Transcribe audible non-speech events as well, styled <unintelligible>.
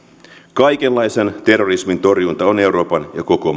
kaikenlaisen terrorismin torjunta on euroopan ja koko <unintelligible>